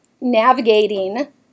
navigating